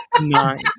Nine